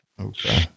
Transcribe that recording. Okay